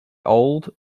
old